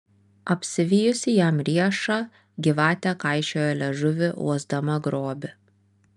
apsivijusi jam riešą gyvatė kaišiojo liežuvį uosdama grobį